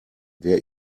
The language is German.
wer